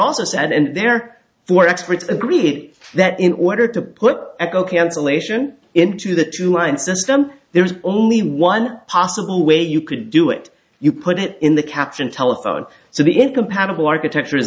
said and there were experts agreed that in order to put echo cancelation into the two line system there was only one possible way you could do it you put it in the caption telephone so the incompatible architecture